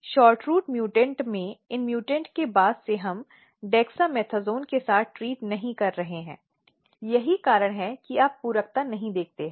shortroot mutant में इस mutant के बाद से हम डेक्सामेथासोन के साथ ट्रीट नहीं कर रहे हैं यही कारण है कि आप पूरकता नहीं देखते हैं